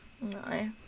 No